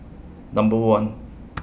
Number one